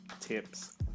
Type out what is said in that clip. tips